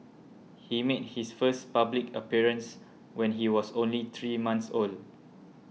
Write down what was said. he made his first public appearance when he was only three month old